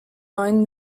neuen